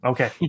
Okay